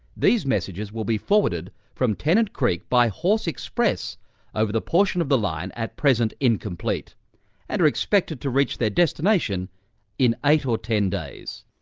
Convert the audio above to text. these messages will be forwarded from tennant creek by horse express over the portion of the line at present incomplete and are expected to reach their destination in eight or ten days.